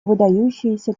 выдающееся